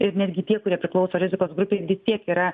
ir netgi tie kurie priklauso rizikos grupeivis tiek yra